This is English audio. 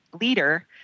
leader